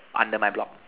under my block